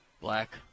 Black